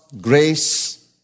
grace